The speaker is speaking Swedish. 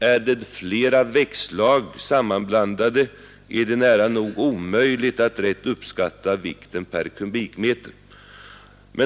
Är flera virkesslag sammanblandade är det alltså nära nog omöjligt att rätt uppskatta vikten per kubikmeter.